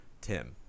Tim